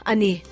Ani